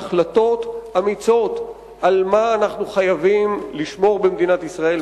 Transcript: ולקבל החלטות אמיצות על מה אנחנו חייבים לשמור במדינת ישראל,